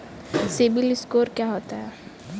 CIBIL score क्या होता है?